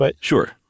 Sure